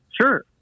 Sure